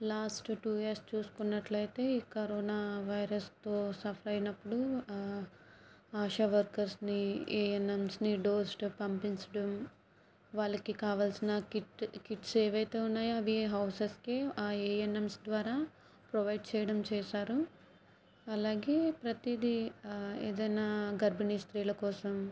last two years చూసుకున్నట్లు అయితే corona వైరస్తో సఫర్ అయినప్పుడు ఆశ వర్కర్స్ని ఏఎన్మ్స్ని డోర్ స్టెప్ పంపించడం వాళ్ళకి కావాలసిన కిట్ కిట్స్ ఏవైతే ఉన్నాయో అవి హౌసెస్కే ఏఎన్ఎమ్స్ ద్వారా ప్రొవైడ్ చేయడం చేసారు అలాగే ప్రతీది ఏదైనా గర్భిణీ స్త్రీల కోసం